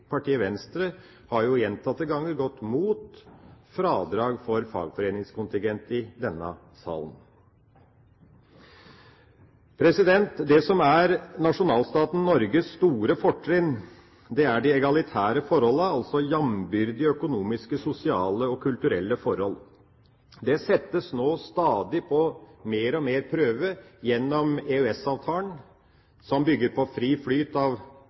Partiet Venstre har gjentatte ganger i denne salen gått imot fradrag for fagforeningskontingent. Det som er nasjonalstaten Norges store fortrinn, er de egalitære forholdene: jamnbyrdige økonomiske, sosiale og kulturelle forhold. De settes nå stadig på prøve gjennom EØS-avtalen, som bygger på fri flyt av arbeid, kapital, varer og tjenester, noe som gjør at vi får en sterk dreining i retning av